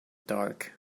dark